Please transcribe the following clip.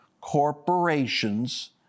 corporations